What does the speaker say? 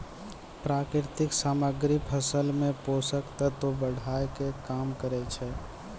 प्राकृतिक सामग्री फसल मे पोषक तत्व बढ़ाय में काम करै छै